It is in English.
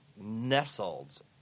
nestled